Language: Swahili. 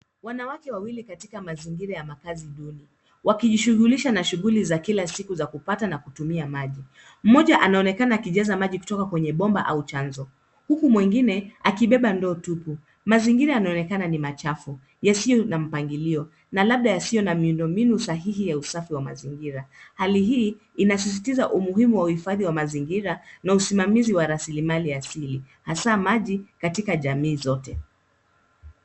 Wanawake wawili katika mazingira ya makazi duni wakijishughulisha na shughuli za kila siku za kupata na kutumia maji ,mmoja anaonekana akijaza maji kutoka kwenye bomba au chanzo huku mwingine akibeba ndoo tupu mazingira yanaonekana ni machafu yasiyo na mpangilio na labda yasiyo na miundombinu sahihi ya usafi wa mazingira, hali hii inasisitiza umuhimu wa uhifadhi wa mazingira na usimamizi wa rasilimali asili hasa maji katika jamii zote.